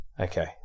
Okay